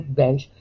bench